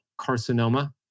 carcinoma